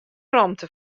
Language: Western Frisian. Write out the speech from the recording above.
rûmte